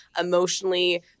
emotionally